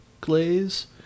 glaze